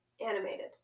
Animated